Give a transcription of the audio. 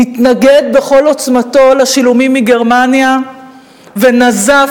התנגד בכל עוצמתו לשילומים מגרמניה ונזף